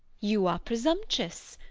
you are presumptuous.